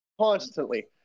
constantly